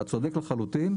אתה צודק לחלוטין,